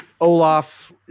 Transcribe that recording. Olaf